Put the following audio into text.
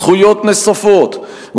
זכויות נוספות,